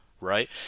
right